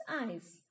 eyes